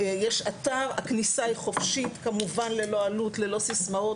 יש אתר והכניסה היא חופשית כמובן ללא עלות וללא סיסמאות.